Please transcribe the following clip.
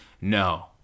No